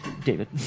David